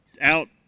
out